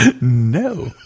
No